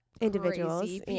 individuals